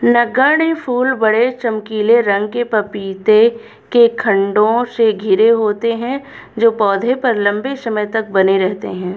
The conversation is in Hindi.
नगण्य फूल बड़े, चमकीले रंग के पपीते के खण्डों से घिरे होते हैं जो पौधे पर लंबे समय तक बने रहते हैं